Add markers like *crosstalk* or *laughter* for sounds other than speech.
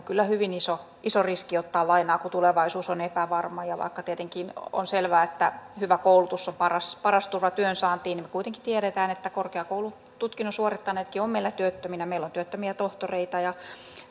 *unintelligible* kyllä hyvin iso iso riski ottaa lainaa kun tulevaisuus on epävarma vaikka tietenkin on selvää että hyvä koulutus on paras paras turva työnsaantiin niin me kuitenkin tiedämme että korkeakoulututkinnon suorittaneitakin on meillä työttöminä meillä on työttömiä tohtoreita ja